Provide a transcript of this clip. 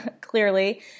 clearly